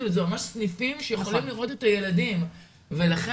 זה ממש סניפים שיכולים לראות את הילדים ולכן,